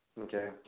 Okay